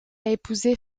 épouser